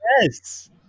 Yes